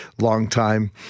longtime